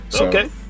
Okay